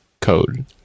code